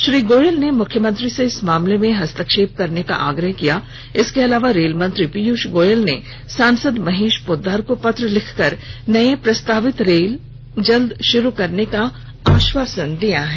श्री गोयल ने मुख्यमंत्री से इस मामले में हस्तक्षेप करने का आग्रह किया इसके अलावा रेल मंत्री पीयूष गोयल ने सांसद महेश पोद्दार को पत्र लिखकर नए प्रस्तावित रेल जल्द शुरू करने का भी आश्वासन दिया है